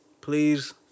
please